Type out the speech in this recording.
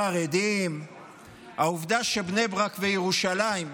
החרדים; העובדה שבני ברק וירושלים,